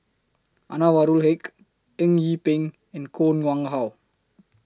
Anwarul Haque Eng Yee Peng and Koh Nguang How